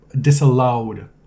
disallowed